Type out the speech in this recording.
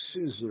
scissor